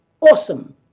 Awesome